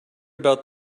about